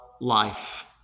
life